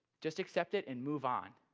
just accept it and move on.